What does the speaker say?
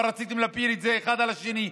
אבל רציתם להפיל את זה אחד על השני.